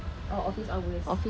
oh office hours